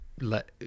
let